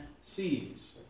seeds